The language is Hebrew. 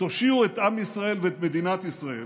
תושיעו את עם ישראל ואת מדינת ישראל.